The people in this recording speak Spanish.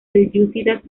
selyúcidas